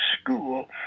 school